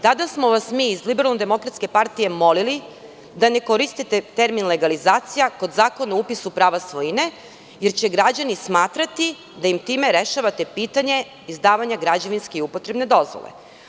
Tada smo vas mi iz LDP molili da ne koristiti termin legalizacija kod Zakona o upisu prava svojine jer će građani smatrati da im time rešavate pitanje izdavanja građevinske i upotrebne dozvole.